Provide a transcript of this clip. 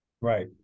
Right